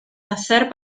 hacer